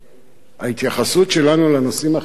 ההתייחסות שלנו לנושאים החברתיים,